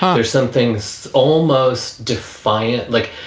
um there's some things almost defiant, like